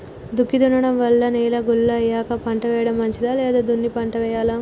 దుక్కి దున్నడం వల్ల నేల గుల్ల అయ్యాక పంట వేయడం మంచిదా లేదా దున్ని పంట వెయ్యాలా?